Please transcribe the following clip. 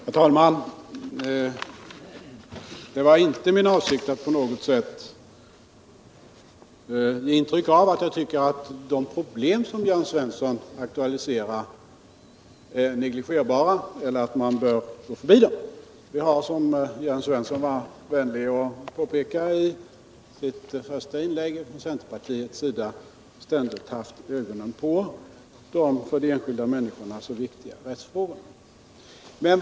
Herr talman! Det var inte min avsikt att på något sätt ge intryck av att jag tycker att de problem som Jörn Svensson aktualiserar är negligerbara, eller att man bör gå förbi dem. Vi har, som Jörn Svensson var vänlig att påpeka i sitt huvudanförande, från centerpartiets sida ständigt haft ögonen på de för de enskilda människorna så viktiga rättssäkerhetsfrågorna.